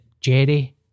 Jerry